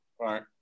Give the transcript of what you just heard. right